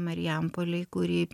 marijampolėj kuri